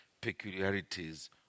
peculiarities